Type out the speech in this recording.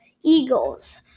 Eagles